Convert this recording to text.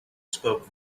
spoke